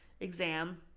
exam